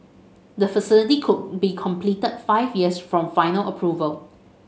the facility could be completed five years from final approval